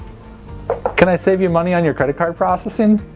can i save you money on your credit card processing?